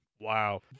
wow